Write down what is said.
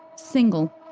single,